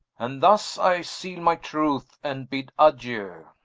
and thus i seale my truth, and bid adieu